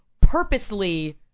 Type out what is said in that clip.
purposely